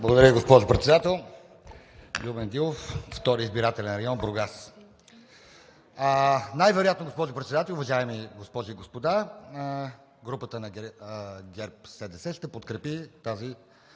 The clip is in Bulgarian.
Благодаря, госпожо Председател. Любен Дилов, втори избирателен район – Бургас. Най-вероятно, госпожо Председател, уважаеми госпожи и господа, групата на ГЕРБ-СДС ще подкрепи тази